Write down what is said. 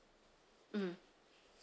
mm